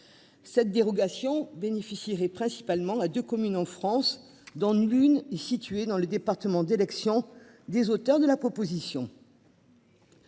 Cette dérogation bénéficierait principalement à de communes en France, dont l'une située dans le département d'élection des auteurs de la proposition.